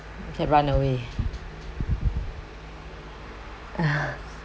cat run away